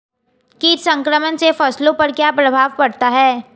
कीट संक्रमण से फसलों पर क्या प्रभाव पड़ता है?